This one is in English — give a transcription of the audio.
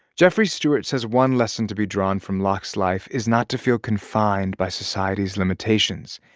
jeffrey stewart says one lesson to be drawn from locke's life is not to feel confined by society's limitations.